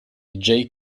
jay